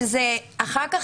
שאחר-כך